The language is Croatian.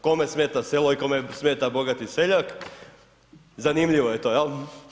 Kome smeta selo i kome smeta bogati seljak, zanimljivo je to, jel?